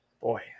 Boy